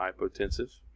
hypotensive